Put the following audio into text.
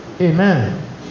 Amen